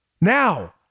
Now